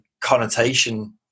connotation